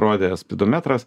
rodė spidometras